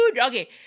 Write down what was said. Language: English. Okay